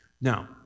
Now